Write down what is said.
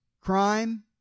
crime